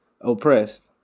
oppressed